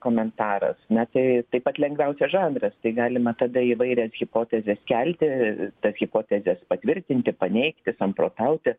komentaras na tai taip pat lengviausias žanras tai galima tada įvairias hipotezes kelti tas hipotezes patvirtinti paneigti samprotauti